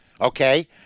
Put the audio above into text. okay